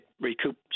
recoup